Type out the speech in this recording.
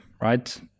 right